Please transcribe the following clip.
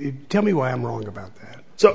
it tell me why i'm wrong about that so